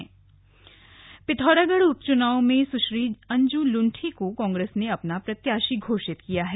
कांग्रेस प्रत्याशी पिथौरागढ़ उपचुनाव में सुश्री अंजू लुंठी को कांग्रेस ने अपना प्रत्याशी घोषित किया है